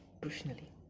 personally